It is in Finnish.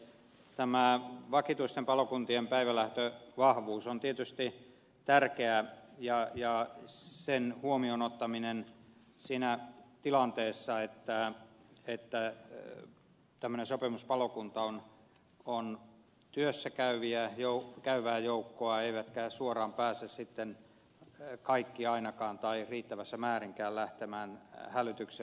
tämä vakituisten palokuntien päivälähtövahvuus on tietysti tärkeää ja sen huomioon ottaminen siinä tilanteessa että tämmöinen sopimuspalokunta on työssä käyvää joukkoa eikä suoraan pääse sitten kaikki ainakaan tai riittävässä määrin lähtemään hälytykselle